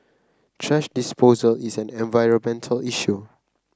thrash disposal is an environmental issue